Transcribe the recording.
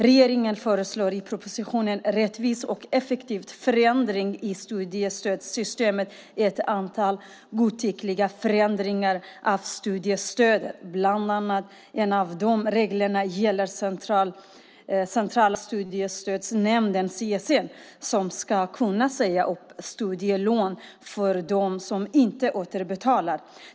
Regeringen föreslår i propositionen Rättvist och effektivt - förändringar i studiestödssystemet ett antal godtyckliga förändringar av studiestödet. En av dessa regler gäller Centrala studiestödsnämnden, CSN, som ska kunna säga upp studielån för dem som inte återbetalar.